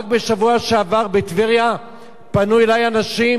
רק בשבוע שעבר בטבריה פנו אלי אנשים